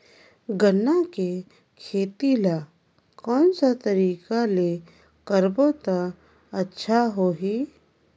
गन्ना के खेती ला कोन सा तरीका ले करबो त अच्छा होही?